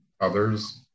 others